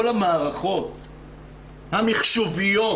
היום מי שעומד בראש הצוות זה השר לשוויון חברתי.